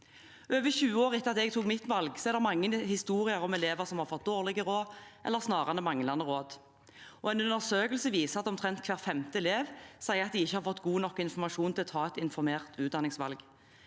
Over 20 år etter at jeg tok mitt valg, er det mange historier om elever som har fått dårlige råd, eller snarere manglende råd. En undersøkelse viser at omtrent hver femte elev sier at de ikke har fått god nok informasjon til å ta et informert utdanningsvalg.